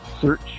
search